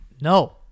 No